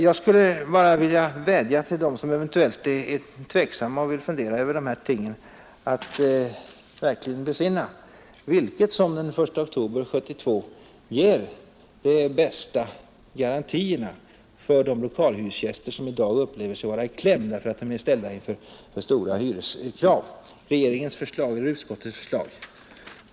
Jag skulle bara vilja vädja till dem, som eventuellt är tveksamma och skulle vilja fundera över de här tingen, att verkligen besinna vilket som den 1 oktober 1972 ger de bästa garantierna för de lokalhyresgäster som i dag anser sig komma i kläm därför att de ställs inför stora hyreskrav: regeringens förslag eller utskottets förslag.